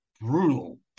Brutal